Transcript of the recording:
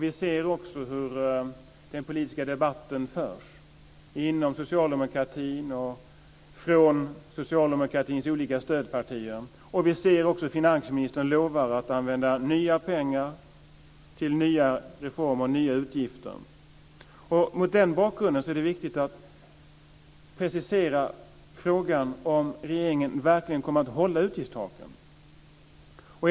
Vi ser också hur den politiska debatten förs, inom socialdemokratin och från socialdemokratins olika stödpartier. Vi ser också hur finansministern lovar att använda nya pengar till nya reformer och nya utgifter. Mot den bakgrunden är det viktigt att precisera frågan om regeringen verkligen kommer att hålla utgiftstaken.